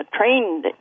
trained